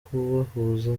kubahuza